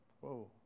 Whoa